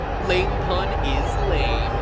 lame pun is lame.